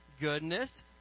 goodness